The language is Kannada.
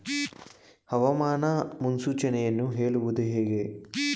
ಹವಾಮಾನ ಮುನ್ಸೂಚನೆಯನ್ನು ಹೇಳುವುದು ಹೇಗೆ?